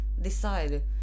decide